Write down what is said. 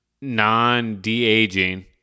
non-de-aging